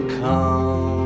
come